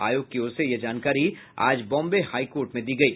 आयोग की ओर से यह जानकारी आज बोम्बे हाईकोर्ट में दी गयी